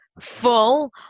full